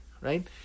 right